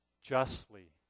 justly